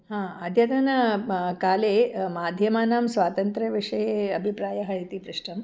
अद्यतन काले माध्यमानां स्वातन्त्रविषये अभिप्रायः इति पृष्टम्